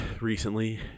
recently